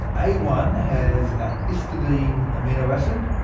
a one has a histidine amino acid,